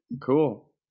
Cool